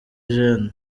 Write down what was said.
gen